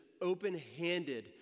open-handed